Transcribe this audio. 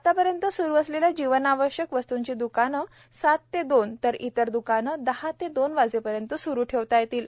आतापर्यंत सुरू असलेल्या जीवनावश्यक वस्तूंची दुकानेसात ते दोन तर इतर दुकाने दहा ते दोन वाजेपर्यंत सुरू ठेवता येतील